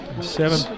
Seven